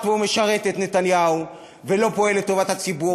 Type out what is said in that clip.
ושהוא משרת את נתניהו ולא פועל לטובת הציבור,